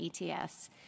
ETS